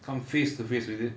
come face to face with it